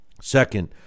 Second